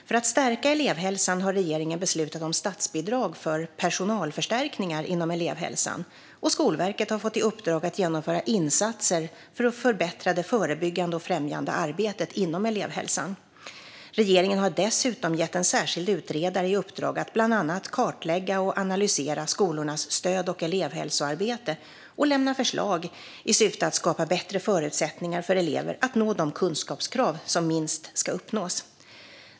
För att stärka elevhälsan har regeringen beslutat om statsbidrag för personalförstärkningar inom elevhälsan, och Skolverket har fått i uppdrag att genomföra insatser för att förbättra det förebyggande och främjande arbetet inom elevhälsan. Regeringen har dessutom gett en särskild utredare i uppdrag att bland annat kartlägga och analysera skolornas stöd och elevhälsoarbete och lämna förslag i syfte att skapa bättre förutsättningar för elever att nå de kunskapskrav som minst ska uppnås.